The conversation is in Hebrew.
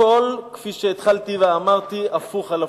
הכול, כפי שהתחלתי ואמרתי, הפוך על הפוך.